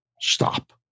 stop